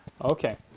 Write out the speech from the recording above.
Okay